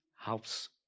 helps